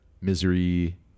Misery